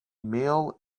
male